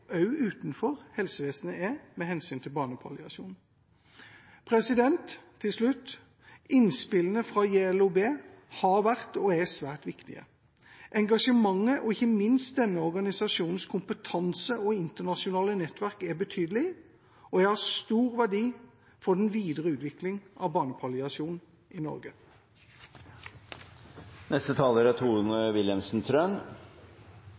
også utenfor helsevesenet er med hensyn til barnepalliasjon. Til slutt: Innspillene fra JLOB har vært og er svært viktige. Engasjementet og ikke minst denne organisasjonens kompetanse og internasjonale nettverk er betydelig, og det har stor verdi for den videre utvikling av barnepalliasjon i